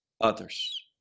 others